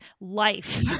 life